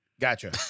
Gotcha